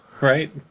right